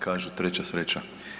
Kaže, treća sreća.